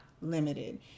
limited